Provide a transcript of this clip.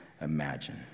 imagine